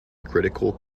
critical